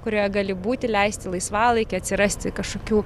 kurioje gali būti leisti laisvalaikį atsirasti kažkokių